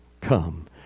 come